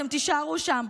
אתם תישארו שם,